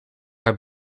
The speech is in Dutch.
haar